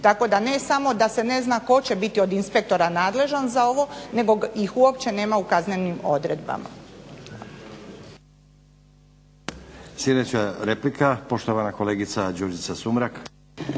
Tako da ne samo da se ne zna tko će biti od inspektora nadležan za ovo nego ih uopće nema u kaznenim odredbama.